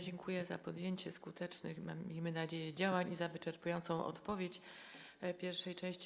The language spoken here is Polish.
Dziękuję za podjęcie skutecznych, miejmy nadzieję, działań i za wyczerpującą odpowiedź w pierwszej części.